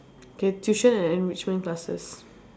okay tuition and enrichment classes